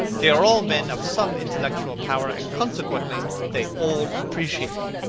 they are all men of some intellectual power, and consequently they all appreciate me.